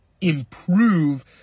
improve